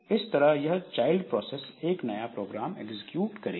इस तरह यह चाइल्ड प्रोसेस एक नया प्रोग्राम एग्जीक्यूट करेगी